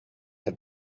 had